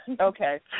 Okay